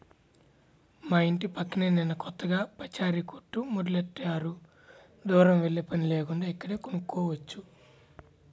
మా యింటి పక్కనే నిన్న కొత్తగా పచారీ కొట్టు మొదలుబెట్టారు, దూరం వెల్లేపని లేకుండా ఇక్కడే కొనుక్కోవచ్చు